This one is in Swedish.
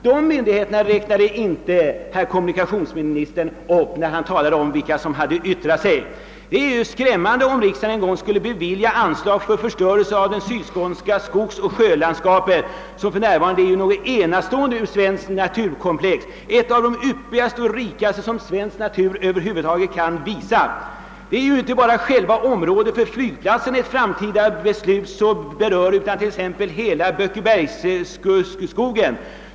Den myndigheten räknade herr kommunikationsministern inte upp, när han talade om vilka som hade yttrat sig i dessa vitala frågor. Det är skrämmande om riksdagen en gång skulle bevilja anslag för förstörelse av det sydskånska skogsoch sjölandskapet som för närvarande är något enastående som svenskt naturkom plex, ett av de yppersta och rikaste som svensk natur över huvud taget kan uppvisa. Det är ju inte bara själva området för flygplatsen, som framtida beslut berör, utan även t.ex. hela Bökebergsskogen.